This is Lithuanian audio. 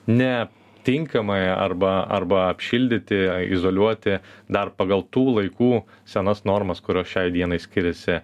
ne tinkamai arba arba apšildyti izoliuoti dar pagal tų laikų senas normas kurios šiai dienai skiriasi